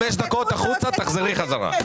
צאי החוצה לחמש דקות ואז תחזרי חזרה.